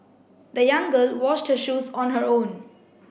the young girl washed her shoes on her own